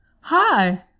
Hi